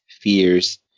fears